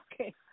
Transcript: Okay